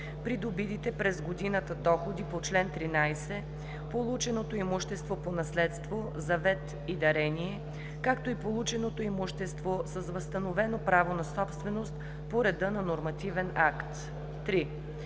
придобитите през годината доходи по чл. 13, полученото имущество по наследство, завет и дарение, както и полученото имущество с възстановено право на собственост по реда на нормативен акт.“ 3.